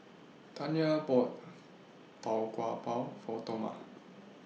Tanja bought Tau Kwa Pau For Toma